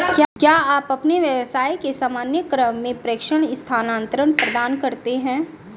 क्या आप अपने व्यवसाय के सामान्य क्रम में प्रेषण स्थानान्तरण प्रदान करते हैं?